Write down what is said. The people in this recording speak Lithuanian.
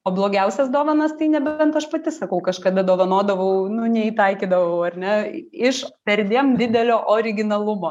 o blogiausias dovanas tai nebent aš pati sakau kažkada dovanodavau nu neįtaikydavau ar ne iš perdėm didelio originalumo